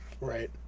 Right